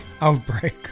Outbreak